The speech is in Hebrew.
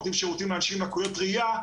אנחנו נותנים שירותים לאנשים עם מוגבלות ראיה,